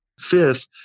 fifth